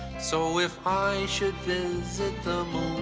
so if i should visit the